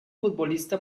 futbolista